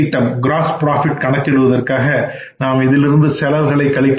cross profit கணக்கிடுவதற்காக நாம் இதிலிருந்து செலவுகளை கழிக்கின்றோம்